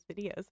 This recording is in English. videos